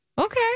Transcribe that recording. Okay